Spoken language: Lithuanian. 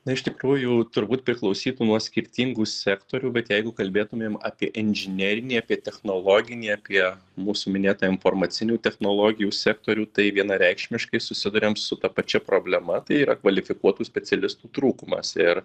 na iš tikrųjų turbūt priklausytų nuo skirtingų sektorių bet jeigu kalbėtumėm apie inžinerinį apie technologinį apie mūsų minėtą informacinių technologijų sektorių tai vienareikšmiškai susiduriam su ta pačia problema tai yra kvalifikuotų specialistų trūkumas ir